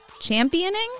championing